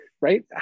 right